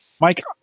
Mike